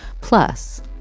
Plus